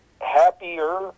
happier